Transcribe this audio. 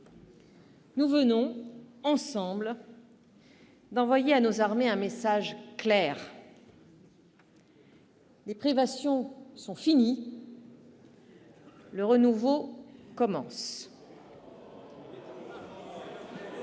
nous venons, ensemble, d'envoyer à nos armées un message clair : les privations sont finies, le renouveau commence.